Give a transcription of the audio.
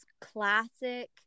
classic